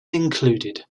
included